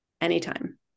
anytime